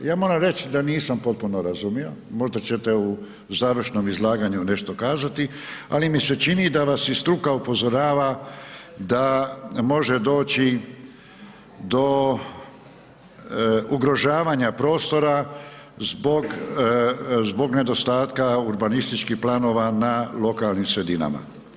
Ja moram reć da nisam potpuno razumio, možda ćete u završnom izlaganju nešto iskazati, ali mi se čini da vas i struka upozorava da može doći do ugrožavanja prostora zbog nedostatka urbanističkih planova na lokalnim sredinama.